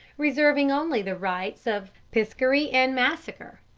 reserving only the rights of piscary and massacre.